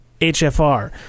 hfr